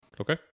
Okay